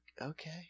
okay